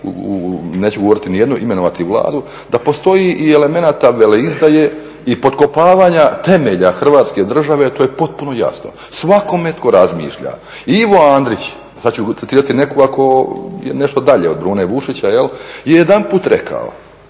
neću govoriti ni o jednoj, imenovati Vladu, da postoji i elemenata veleizdaje i potkopavanja temelja Hrvatske države, a to je potpuno jasno svakome tko razmišlja. Ivo Andrić, sada ću citirati nekoga tko je nešto dalje od Brune Bušića je jedanput rekao